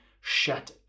shut